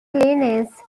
clearance